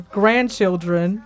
grandchildren